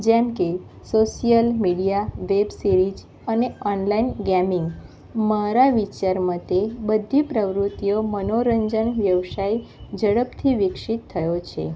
જેમકે social media web series અને online gaming મારા વિચાર મતે બધી પ્રવૃત્તિઓ મનોરંજન વ્યવસાય ઝડપથી વિકસિત થયો છે